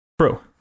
true